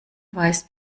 weißt